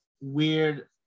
weird